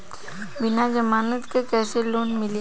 बिना जमानत क कइसे लोन मिली?